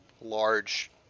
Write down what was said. large